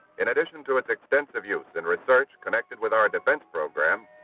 in addition to its extensive use in research connected with our defense program,